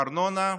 ארנונה,